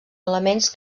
elements